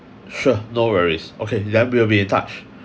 sure no worries okay then we'll be in touch